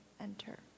enter